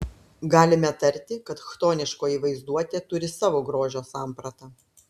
galime tarti kad chtoniškoji vaizduotė turi savo grožio sampratą